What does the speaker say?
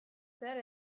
zehar